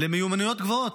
למיומנויות גבוהות.